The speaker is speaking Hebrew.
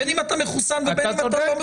בין אם אתה מחוסן ובין אם לא.